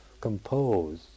compose